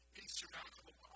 insurmountable